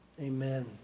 Amen